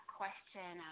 question